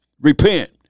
Repent